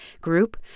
group